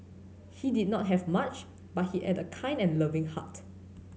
he did not have much but he had a kind and loving heart